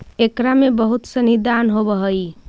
एकरा में बहुत सनी दान होवऽ हइ